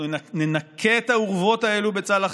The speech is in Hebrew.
אנחנו ננקה את האורוות האלה בצלאח